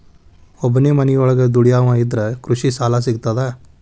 ಒಬ್ಬನೇ ಮನಿಯೊಳಗ ದುಡಿಯುವಾ ಇದ್ರ ಕೃಷಿ ಸಾಲಾ ಸಿಗ್ತದಾ?